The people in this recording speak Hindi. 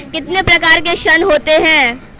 कितने प्रकार के ऋण होते हैं?